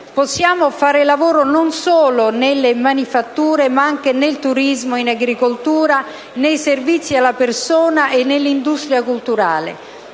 Possiamo fare lavoro non solo nelle manifatture ma anche nel turismo, in agricoltura, nei servizi alla persona e nell'industria culturale.